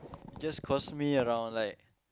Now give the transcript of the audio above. just cost me around like